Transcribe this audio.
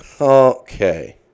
Okay